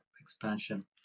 expansion